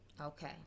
Okay